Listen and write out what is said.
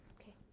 Okay